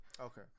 Okay